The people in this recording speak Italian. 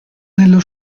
nello